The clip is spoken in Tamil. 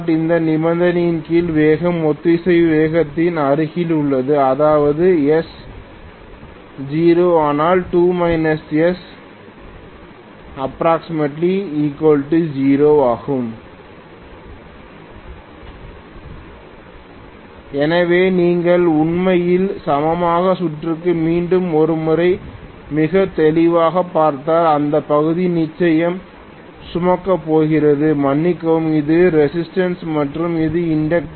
இந்த நிபந்தனையின் கீழ் வேகம் ஒத்திசைவு வேகத்திற்கு அருகில் உள்ளது அதாவது s ≈0 ஆனால் ≈0 எனவே நீங்கள் உண்மையில் சமமான சுற்றுக்கு மீண்டும் ஒரு முறை மிகத் தெளிவாகப் பார்த்தால் இந்த பகுதி நிச்சயம் சுமக்கப் போகிறது மன்னிக்கவும் இது ரெசிஸ்டன்ஸ் மற்றும் இது இண்டக்டன்ஸ்